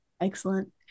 excellent